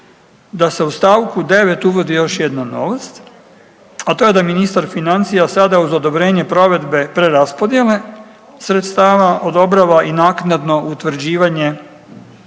da se u stavku 9 uvodi još jedna novost, a to je da ministar financija sada uz odobrenje provedbe preraspodjele sredstava odobrava i naknadno utvrđivanje